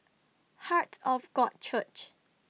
Heart of God Church